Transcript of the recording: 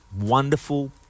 wonderful